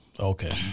Okay